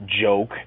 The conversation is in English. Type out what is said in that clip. joke